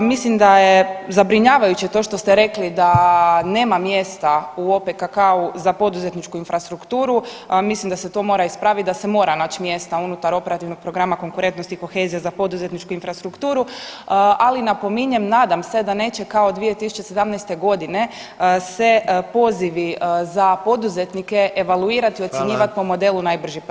Mislim da je zabrinjavajuće to što ste rekli da nema mjesta u OPKK-u za poduzetničku infrastrukturu, mislim da se to mora ispraviti, da se mora naći mjesta unutar Operativnog programa konkurentnost i kohezija za poduzetničku infrastrukturu, ali napominjem, nadam se da neće kao 2017. g. se pozivi za poduzetnike evaluirati i [[Upadica: Hvala.]] ocjenjivati po modelu najbrži prst.